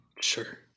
sure